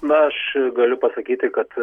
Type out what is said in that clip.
na aš galiu pasakyti kad